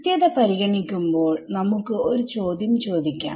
കൃത്യത പരിഗണിക്കുമ്പോൾ നമുക്ക് ഒരു ചോദ്യം ചോദിക്കാം